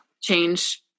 change